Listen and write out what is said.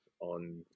on